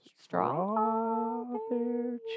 strawberry